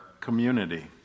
community